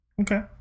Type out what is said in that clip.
Okay